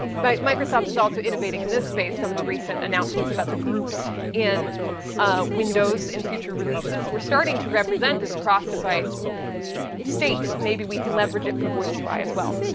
but microsoft is also innovating in this space some of the recent announcements about the groups in windows in future releases, we're starting to represent this cross device state, maybe we can leverage it for voice ui as well.